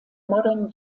modern